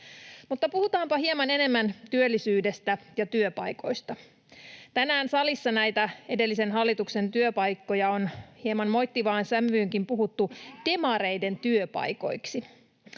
Mutta puhutaanpa hieman enemmän työllisyydestä ja työpaikoista. Tänään salissa näitä edellisen hallituksen työpaikkoja on hieman moittivaan sävyynkin puhuttu demareiden työpaikoiksi.